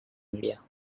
media